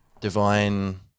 divine